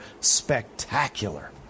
spectacular